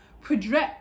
project